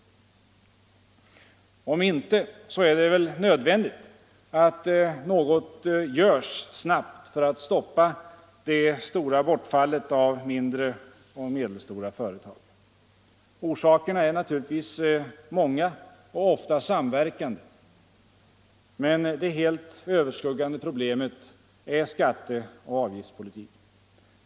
Om inte, är det väl nödvändigt att något snabbt görs för att stoppa det stora bortfallet av mindre och medelstora företag. Orsakerna är naturligtvis många och ofta samverkande. Men det helt överskuggande problemet är skatteoch avgiftspolitiken.